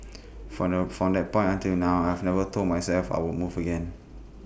from that from that point until now I have never told myself I would move again